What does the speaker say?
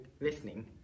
listening